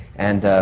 and.